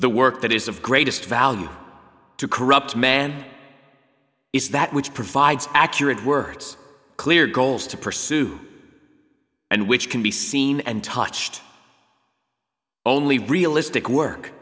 the work that is of greatest value to corrupt man is that which provides accurate words clear goals to pursue and which can be seen and touched only realistic work